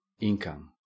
income